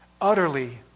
utterly